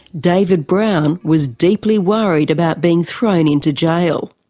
david brown was deeply worried about being thrown into jail.